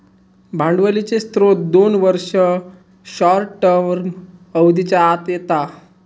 भांडवलीचे स्त्रोत दोन वर्ष, शॉर्ट टर्म अवधीच्या आत येता